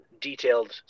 detailed